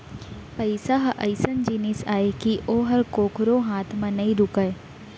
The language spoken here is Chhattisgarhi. पइसा ह अइसन जिनिस अय कि ओहर कोकरो हाथ म नइ रूकय